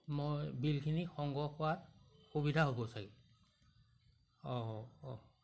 মই বিলখিনি সংগ্ৰহ কৰাত সুবিধা হ'ব চাগে অঁ অঁ অঁ